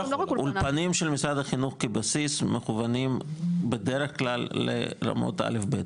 אולפנים של משרד החינוך כבסיס מכוונים בדרך כלל לרמות א'-ב',